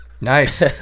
Nice